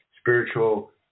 spiritual